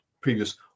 previous